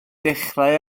dechrau